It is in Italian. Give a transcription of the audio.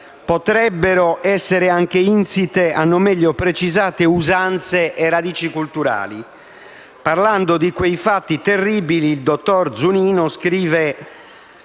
potrebbero anche essere insite in non meglio precisate usanze e radici culturali. Parlando di quei fatti terribili, il dottor Zunino scrive